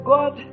God